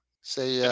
Say